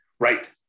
Right